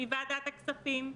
מוועדת הכספים.